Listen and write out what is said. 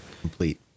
Complete